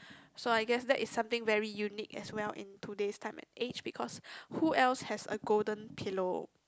so I guess that is something very unique as well in today's time and age because who else has a golden pillow